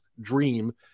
dream